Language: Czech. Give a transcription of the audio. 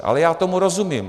Ale já tomu rozumím.